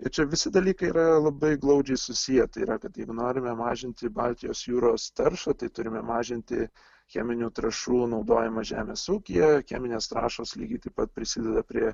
ir čia visi dalykai yra labai glaudžiai susiję tai yra kad jeigu norime mažinti baltijos jūros taršą tai turime mažinti cheminių trąšų naudojimą žemės ūkyje cheminės trąšos lygiai taip pat prisideda prie